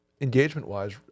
engagement-wise